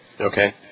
Okay